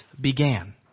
began